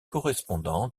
correspondant